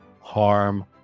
harm